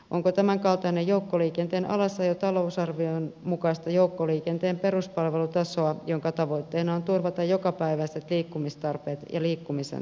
onko tämänkaltainen joukkoliikenteen alasajo talousarvion mukaista joukkoliikenteen peruspalvelutasoa jonka tavoitteena on turvata jokapäiväiset liikkumistarpeet ja liikkumisen tasa arvo